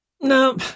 No